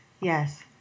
yes